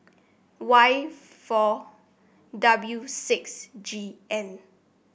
Y four W six G N